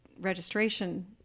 registration